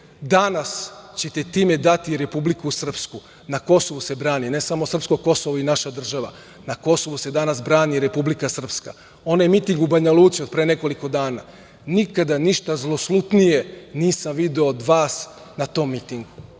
danas ćete time dati i Republiku Srpsku. Na Kosovu se brani ne samo srpsko Kosovo i naša država, na Kosovu se danas brani i Republika Srpska. Onaj miting u Banja Luci od pre nekoliko dana nikada ništa zloslutnije nisam video od vas na tom mitingu